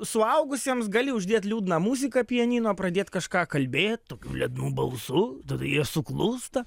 suaugusiems gali uždėt liūdną muziką pianino pradėt kažką kalbėt liūdnu balsu tada jie suklūsta